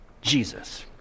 Jesus